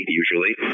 usually